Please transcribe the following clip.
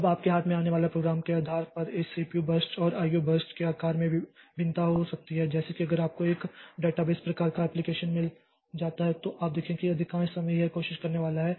अब आपके हाथ में आने वाले प्रोग्राम के आधार पर इस सीपीयू बर्स्ट और आईओ बर्स्ट के आकार में भिन्नता हो सकती है जैसे कि अगर आपको एक डेटाबेस प्रकार का एप्लिकेशन मिला है तो आप देखेंगे कि अधिकांश समय यह कोशिश करने वाला है